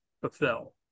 fulfill